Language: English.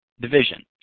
division